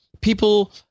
People